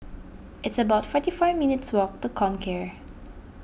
it's about forty four minutes' walk to Comcare